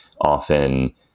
often